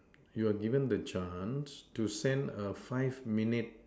you're given the chance to send a five minute